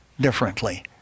differently